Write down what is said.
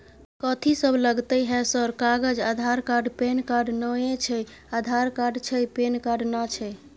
कथि सब लगतै है सर कागज आधार कार्ड पैन कार्ड नए छै आधार कार्ड छै पैन कार्ड ना छै?